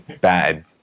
Bad